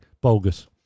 Bogus